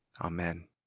Amen